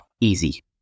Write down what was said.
easy